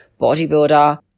bodybuilder